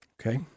Okay